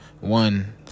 one